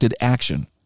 action